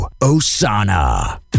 Osana